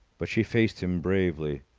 but she faced him bravely.